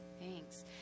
Thanks